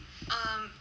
um